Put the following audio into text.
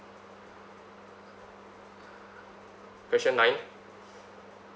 question nine